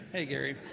hey gary,